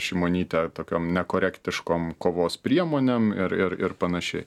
šimonytė tokiom nekorektiškom kovos priemonėm ir ir ir panašiai